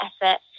effort